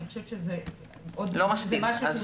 לא מספיק.